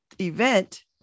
event